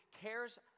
cares